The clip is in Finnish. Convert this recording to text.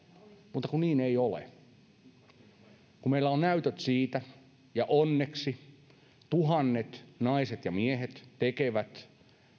mutta kun niin ei ole meillä on näytöt siitä ja onneksi tuhannet naiset ja miehet tekevät